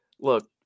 Look